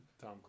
Tom